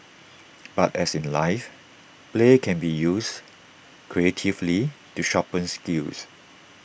but as in life play can be used creatively to sharpen skills